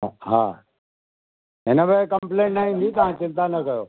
अ हा हिन भेरे कंप्लेन न ईंदी तव्हां चिंता न कयो